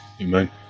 Amen